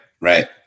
right